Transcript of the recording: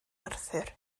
arthur